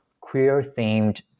queer-themed